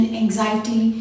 anxiety